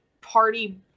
party